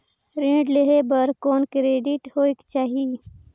ऋण लेहे बर कौन क्रेडिट होयक चाही?